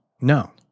No